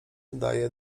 daje